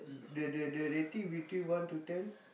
the the the rating between one to ten